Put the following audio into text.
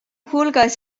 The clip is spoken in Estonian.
hulgas